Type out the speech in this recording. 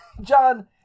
John